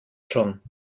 schon